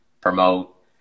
promote